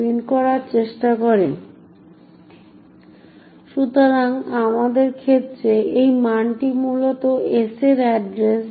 সুতরাং এটি আগে যেমন করা হয়েছিল এবং তারপরে আমরা printf কে স্ট্যাকের উপস্থিত ষষ্ঠ আর্গুমেন্ট নিতে আদেশ করি সুতরাং ষষ্ঠটি এই ক্ষেত্রে যুক্তি পর্দায় s প্রিন্ট এর সাথে মিলে যায়